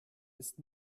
ist